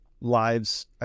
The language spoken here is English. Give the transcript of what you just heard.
lives